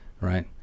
right